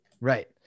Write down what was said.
Right